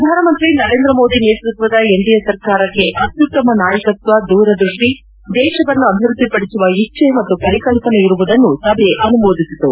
ಪ್ರಧಾನಮಂತ್ರಿ ನರೇಂದ್ರ ಮೋದಿ ನೇತೃತ್ವದ ಎನ್ಡಿಎ ಸರ್ಕಾರಕ್ಕೆ ಅತ್ಯುತ್ತಮ ನಾಯಕತ್ವ ದೂರದೃಷ್ಟಿ ದೇಶವನ್ನು ಅಭಿವೃದ್ಧಿಪಡಿಸುವ ಇಜ್ಜೆ ಮತ್ತು ಪರಿಕಲ್ಪನೆ ಇರುವುದನ್ನು ಸಭೆ ಅನುಮೋದಿಸಿತು